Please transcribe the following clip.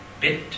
bit